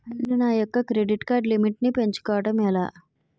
నేను నా యెక్క క్రెడిట్ కార్డ్ లిమిట్ నీ పెంచుకోవడం ఎలా?